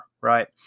right